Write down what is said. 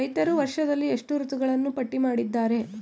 ರೈತರು ವರ್ಷದಲ್ಲಿ ಎಷ್ಟು ಋತುಗಳನ್ನು ಪಟ್ಟಿ ಮಾಡಿದ್ದಾರೆ?